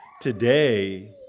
Today